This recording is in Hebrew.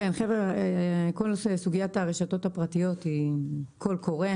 כל נושא סוגיית הרשתות הפרטיות היא קול קורא,